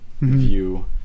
view